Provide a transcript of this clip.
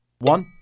One